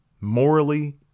morally